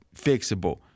fixable